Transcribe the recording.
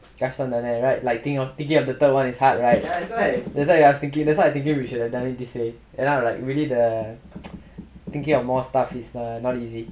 cash வந்தோன:vanthona right like think thinking of the third one is hard right that's why I was thinking that's why I was thinking we should have planned [what] ஏனா வெளில:yaenaa velila thing to say like really the thinking of more stuff is not easy